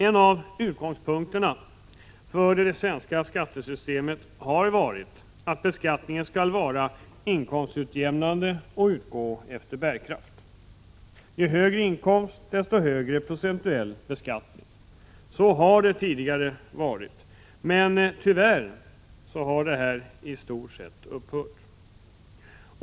En av utgångspunkterna för det svenska skattesystemet har varit att beskattningen skall vara inkomstutjämnande och utgå efter bärkraft: ju högre inkomst, desto högre procentuell beskattning. Så har tidigare varit fallet, men tyvärr har detta i stort sett upphört.